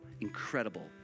incredible